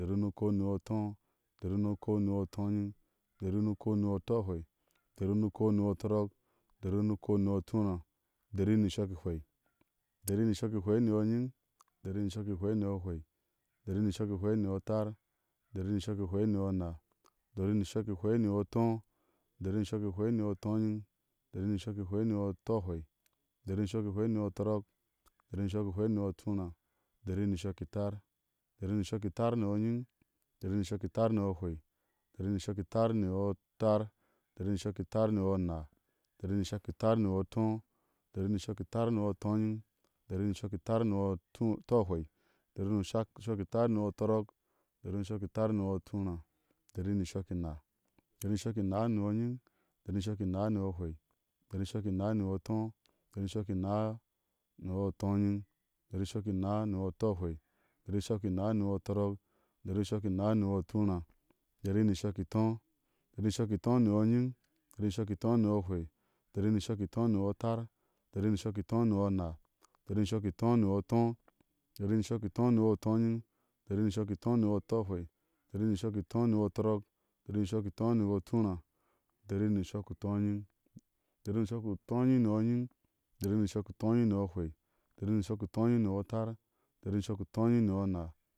U dari ni u ukou ni yɔ ató. u dari ni u ukou ni yɔ utooanyiŋ. u dari ni u ukou ni yɔ utɔɔahwei. u dari ni u ukou ni yɔ utɔrɔk. u dari ni u ukou ni yɔ utuuraa. u dari ni shɔki hwei. u dari ni shɔki hwei ni yɔ anyiŋ. u dari ni shɔki hwei ni yɔ ahwei. u dari ni shɔki hwei ni yɔ atar. u dari ni shɔki hwei ni yɔ anaa. u dari ni shɔki hwei ni yɔ ató. u dari ni shɔki hwei ni yɔ utooanyiŋ. u dari ni shɔki hwei ni yɔ utɔɔiwɛi. u dari ni shɔki hwei ni yɔ utɔrɔk. u dari ni shɔki hwei ni yɔ utuuraa. u dari ni shɔk i tar. u dari ni shɔk i tar ni yɔ anyiŋ. u dari ni shɔk i tar ni yɔ ahwei. u dari ni shɔk i tar ni yɔ ator. u dari ni shɔk i tar ni yɔ anaa. u dari ni shɔk i tar ni yɔ ato. u dari ni shɔk i tar ni yɔ utooanyiŋ. u dari ni shɔk i tar ni yɔyuutuu utɔɔahwɛi. u dari ni shɔk i tar ni yɔ utɔ'rɔk. u dari ni shɔk i tar ni yɔ utuuraa. u dari ni shɔk i naa. u dari ni shɔk i naa ni yɔanyiŋ. u dari ni shɔk i naa ni yɔ ahwɛi. u dari ni shɔk i naa ni yɔ anaa. u dari ni shɔk i naa ni yɔ ató. u dari ni shɔk i naa ni yɔ utooanyiŋ. u dari ni shɔk i naa ni yɔ utɔɔhwei. u dari ni shɔk i naa ni yɔ tɔrɔk. u dari ni shɔk i naa ni yɔ utuuraa. u dari ni shɔk i itó. u dari ni shɔk i itó ni yɔ anyiŋ. u dari ni shɔk i itó ni yɔ ahwɛi. u dari ni shɔk i itó ni yɔ atar. u dari ni shɔk i itó ni yɔ anaa. u dari ni shɔk i itó ni yɔ ator. u dari ni shɔk i itó ni yɔ utooanyiŋ. u dari ni shɔk i itó ni yɔ utɔɔahwei. u dari ni shɔk i itó ni yɔ utɔrɔk. u dari ni shɔk i itó ni yɔ utuuraa. u dari ni shɔk i utóóanyiŋ. u dari ni shɔk i utóóanyiŋ ni yɔ anyiŋ. u dari ni shɔk i utóóanyiŋ ni yɔ ahwɛi. u dari ni shɔk i utóóanyiŋ ni yɔ atar. u dari ni shɔk i utóóanyiŋ ni yɔ anaa